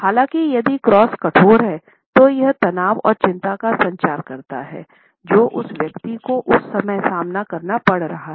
हालांकि यदि क्रॉस कठोर है तो यह तनाव और चिंता का संचार करता है जो उस व्यक्ति को उस समय सामना करना पड़ रहा है